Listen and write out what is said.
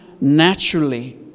naturally